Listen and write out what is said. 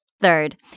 Third